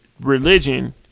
religion